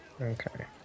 Okay